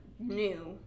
New